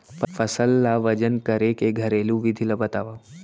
फसल ला वजन करे के घरेलू विधि ला बतावव?